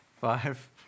Five